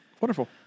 wonderful